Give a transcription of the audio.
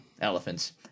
elephants